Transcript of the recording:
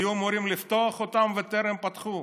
היו אמורים לפתוח אותן וטרם פתחו.